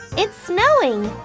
it's snowing.